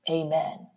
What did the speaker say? amen